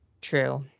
True